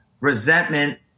resentment